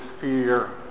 fear